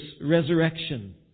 resurrection